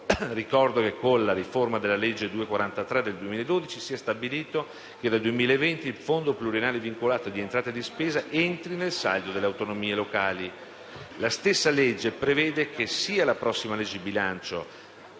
ricordo che con la riforma della legge n. 243 del 2012 si è stabilito che dal 2020 il Fondo pluriennale vincolato di entrata e di spesa entri nel saldo delle autonomie locali. La stessa legge prevede che sia la prossima legge di bilancio